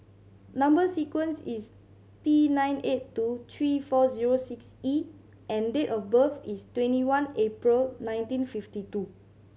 number sequence is T nine eight two three four zero six E and date of birth is twenty one April nineteen fifty two